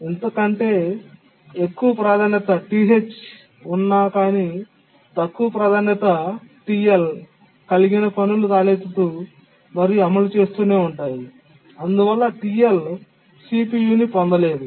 ఇంతలో కంటే ఎక్కువ ప్రాధాన్యత ఉన్న కాని తక్కువ ప్రాధాన్యత కలిగిన పనులు తలెత్తుతూ మరియు అమలు చేస్తూనే ఉంటాయి అందువల్ల CPU ని పొందలేదు